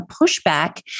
pushback